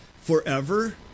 forever